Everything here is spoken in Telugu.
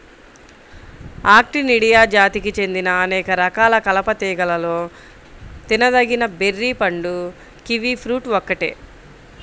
ఆక్టినిడియా జాతికి చెందిన అనేక రకాల కలప తీగలలో తినదగిన బెర్రీ పండు కివి ఫ్రూట్ ఒక్కటే